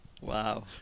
Wow